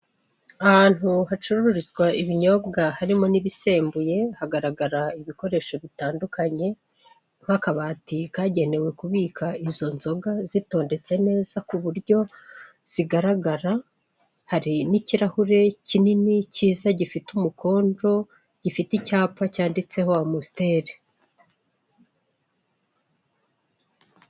Ahantu hacururizwa ibinyobwa harimo n'ibisembuye hagaragara ibikoresho bitandukanye nk'akabati kagenewe kubika izo nzoga zitondetse neza ku buryo zigaragara, hari n'ikirahure kinini cyiza gifite umukondo gifite icyapa cyanditseho Amostel.